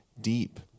deep